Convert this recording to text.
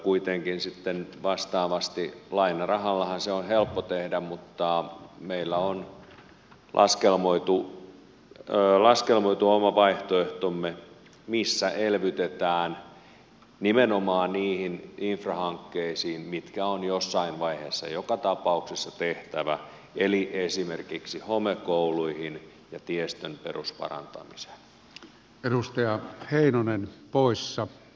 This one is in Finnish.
kuitenkin sitten vastaavasti lainarahallahan ne on helppo tehdä mutta meillä on laskelmoitu oma vaihtoehtomme missä elvytetään nimenomaan niihin infrahankkeisiin mitkä on jossain vaiheessa joka tapauksessa tehtävä eli esimerkiksi homekouluihin ja tiestön perusparantamiseen